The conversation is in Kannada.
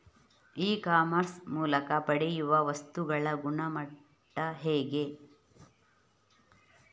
ಇ ಕಾಮರ್ಸ್ ಮೂಲಕ ಪಡೆಯುವ ವಸ್ತುಗಳ ಗುಣಮಟ್ಟ ಹೇಗೆ?